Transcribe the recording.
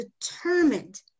determined